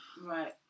Right